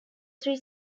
three